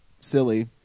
silly